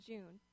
June